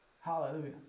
Hallelujah